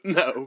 no